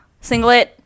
singlet